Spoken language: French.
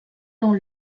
dans